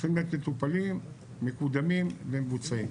צריכים להיות מטופלים, מקודמים ומבוצעים.